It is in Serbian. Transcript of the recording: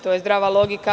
To je zdrava logika.